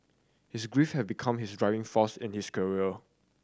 his grief have become his driving force in his career